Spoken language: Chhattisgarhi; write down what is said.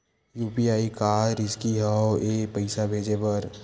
यू.पी.आई का रिसकी हंव ए पईसा भेजे बर?